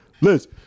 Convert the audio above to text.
Liz